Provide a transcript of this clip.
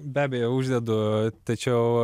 be abejo uždedu tačiau